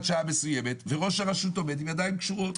שעה מסוימת' וראש הרשות עומד עם ידיים קשורות.